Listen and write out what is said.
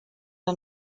are